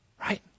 Right